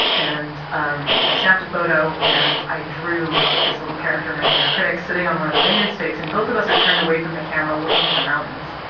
and, um, i snapped a photo, and i drew this little character, my inner critic, sitting on one of the vineyard stakes. and both of us are turned away from the camera, looking at the mountains.